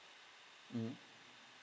mm